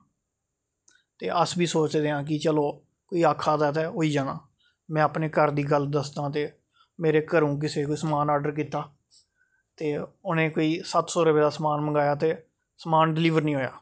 ते अस बी सोचदे आं कि चलो कोई आखा दा ते होई जाना में अपने घर दी गल्ल दस्सां ते मेरे घरो कुसै कोई समान ऑर्डर कीता ते उ'नें कोई सत्त सौ रपेऽ दा समान मंगाया ते समान डिलीवर नेईं होया